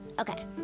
Okay